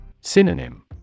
Synonym